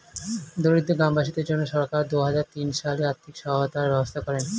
দরিদ্র গ্রামবাসীদের জন্য সরকার দুহাজার তিন সালে আর্থিক সহায়তার ব্যবস্থা করেন